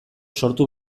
sortu